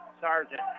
Sergeant